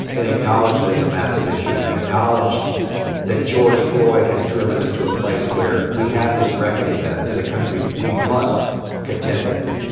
and acknowledge that it's a massive issue, and acknowledge that george floyd has driven us to a place where we have this reckoning that as a country we must contend with.